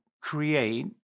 create